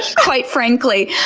quite frankly.